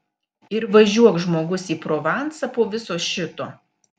ir važiuok žmogus į provansą po viso šito